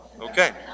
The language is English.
Okay